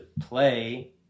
play